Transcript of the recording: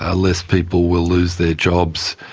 ah less people will lose their jobs,